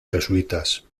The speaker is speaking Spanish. jesuitas